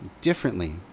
differently